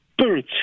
spirit